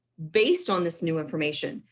based on this new information.